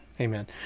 Amen